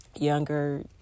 younger